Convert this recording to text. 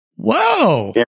Whoa